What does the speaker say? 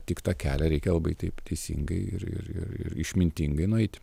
tik tą kelią reikia labai taip teisingai ir ir ir ir išmintingai nueiti